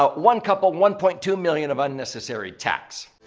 ah one couple one point two million of unnecessary tax.